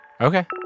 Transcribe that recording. Okay